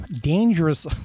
dangerous